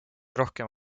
rohkem